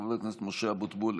חבר הכנסת משה אבוטבול,